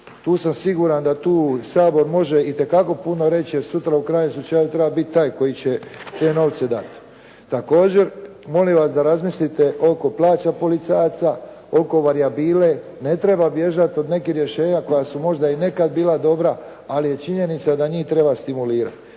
tu sam siguran da tu Sabor može itekako puno reći, jer sutra u krajnjem slučaju treba biti taj koji će te novce dati. Također molim vas da razmislite oko plaća policajaca, oko varijabile, ne treba bježati od nekih rješenja koja su možda i nekad bila dobra, ali je činjenica da njih treba stimulirati.